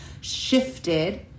shifted